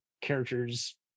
characters